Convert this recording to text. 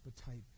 appetite